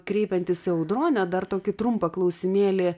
kreipiantis į audronę dar tokį trumpą klausimėlį